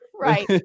Right